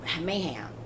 mayhem